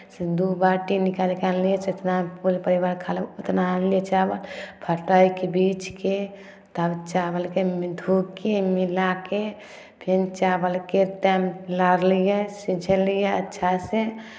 दू बाटी निकालि कऽ अनलियै जितना पूरे परिवार खा लय उतना आनलियै चावल फटकि बीछि कऽ तब चावलके धो कऽ मिला कऽ फेर चावलके तनि लारलियै सिझेलियै अच्छासँ